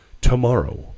Tomorrow